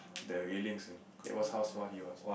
the railings you know that was how small he was